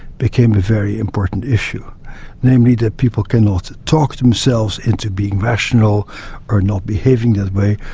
became a very important issue namely that people cannot talk themselves into being rational or not behaving that way.